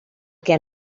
què